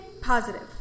Positive